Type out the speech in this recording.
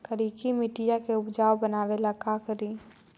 करिकी मिट्टियां के उपजाऊ बनावे ला का करी?